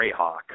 Greyhawk